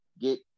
Get